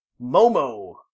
Momo